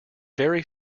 very